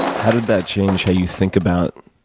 how did that change how you think about